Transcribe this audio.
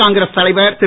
காங்கிரஸ் தலைவர் திரு